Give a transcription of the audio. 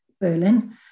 Berlin